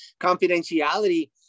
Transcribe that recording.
confidentiality